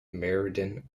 meriden